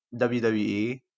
wwe